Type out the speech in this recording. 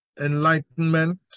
enlightenment